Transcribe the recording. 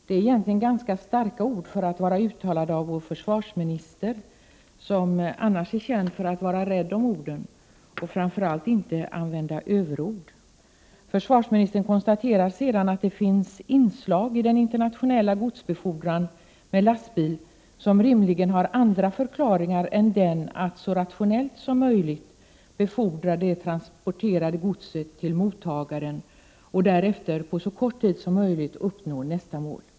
Det är egentligen ganska starka ord för att vara uttalade av vår försvarsminister, som annars är känd för att vara rädd om orden och för att framför allt inte använda överord. Försvarsministern konstaterade sedan att det finns inslag i den internationella godsbefordran med lastbil som rimligen har andra förklaringar än att så rationellt som möjligt befordra det transporterade godset till mottagaren och därefter på så kort tid som möjligt uppnå nästa mål.